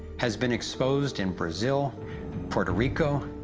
has been exposed in brazil puerto rico,